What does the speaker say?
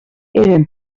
eren